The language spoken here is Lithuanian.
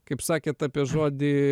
kaip sakėt apie žodį